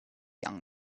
young